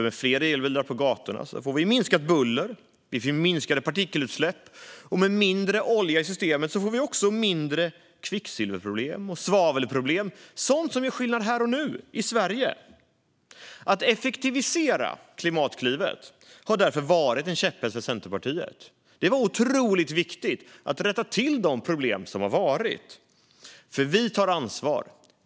Med fler elbilar på gatorna får vi minskat buller och minskade partikelutsläpp, och med mindre olja i systemet får vi också mindre kvicksilverproblem och svavelproblem - sådant som gör skillnad här och nu i Sverige. Att effektivisera Klimatklivet har därför varit en käpphäst för Centerpartiet. Det var otroligt viktigt att komma till rätta med de problem som har varit, för vi tar ansvar.